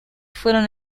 fueron